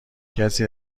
کسی